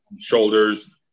shoulders